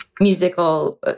musical